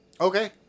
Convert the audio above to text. Okay